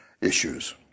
issues